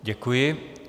Děkuji.